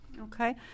Okay